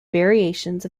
variations